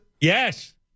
Yes